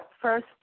First